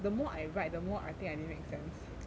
the more I write the more I think I didn't make sense